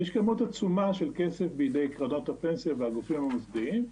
יש כמות עצומה של כסף בידי קרנות הפנסיה והגופים המשפיעים,